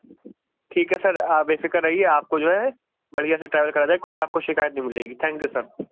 ٹھیک ہے سر آپ بے فکر رہیے آپ کو جو ہے بڑھیا سے ٹریول کرایا جائے گا کوئی آپ کو شکایت نہیں ملے گی تھینک یو سر